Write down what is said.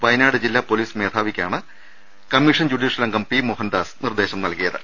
വയനാട് ജില്ലാ police മേധാവിക്കാണ് commission judicial അംഗം പി മോഹനദാസ് നിർദ്ദേ ശം നൽകിയത്